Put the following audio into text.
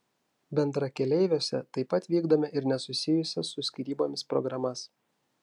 bendrakeleiviuose taip pat vykdome ir nesusijusias su skyrybomis programas